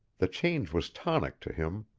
the change was tonic to him.